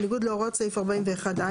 בניגוד להוראות סעיף 41(א),